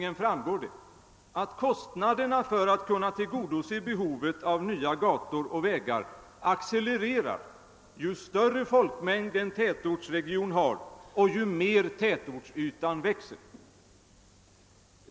Det framgår att kostnaderna, om man skall tillgodose behovet av nya gator och vägar, accelererar ju större folkmängd en tätortsregion har och ju mer tätortsytan växer.